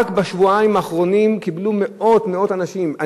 רק בשבועיים האחרונים קיבלו מאות אנשים,